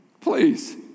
Please